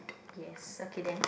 yes okay then